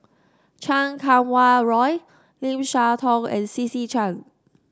Chan Kum Wah Roy Lim Siah Tong and C C Chan